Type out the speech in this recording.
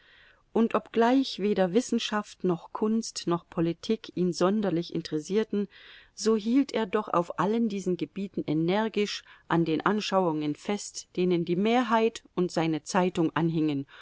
und obgleich weder wissenschaft noch kunst noch politik ihn sonderlich interessierten so hielt er doch auf allen diesen gebieten energisch an den anschauungen fest denen die mehrheit und seine zeitung anhingen